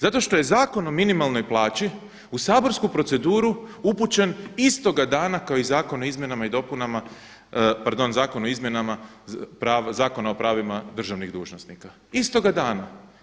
Zato što je Zakon o minimalnoj plaći u saborsku proceduru upućen istoga dana kao i Zakon o izmjenama i dopunama, pardon, Zakon o izmjenama Zakona o pravima državnih dužnosnika, istoga dana.